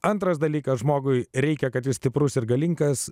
antras dalykas žmogui reikia kad jis stiprus ir galingas